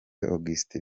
augustin